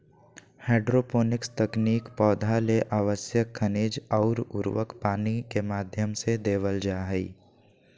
hydroponics तकनीक पौधा ले आवश्यक खनिज अउर उर्वरक पानी के माध्यम से देवल जा हई